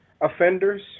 offenders